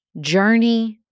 journey